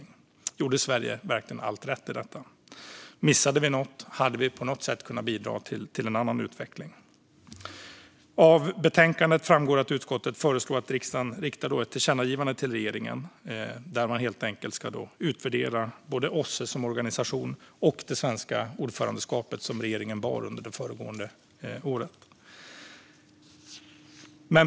Gjorde Sverige verkligen allt rätt här? Missade vi något? Hade vi på något sätt kunnat bidra till en annan utveckling? Av betänkandet framgår att utskottet föreslår att riksdagen ska rikta ett tillkännagivande till regeringen om att utvärdera både OSSE som organisation och det svenska ordförandeskapet, som regeringen innehade under det föregående året.